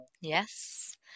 Yes